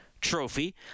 trophy